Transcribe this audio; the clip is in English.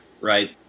right